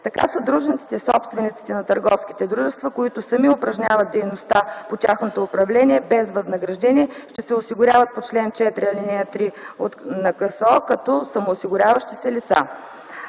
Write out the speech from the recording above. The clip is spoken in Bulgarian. Така съдружниците/собствениците на търговските дружества, които сами упражняват дейността по тяхното управление без възнаграждение, ще се осигуряват по чл. 4 ал. 3 на Кодекса за социално осигуряване като